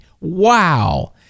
Wow